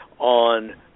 on